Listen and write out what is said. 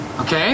Okay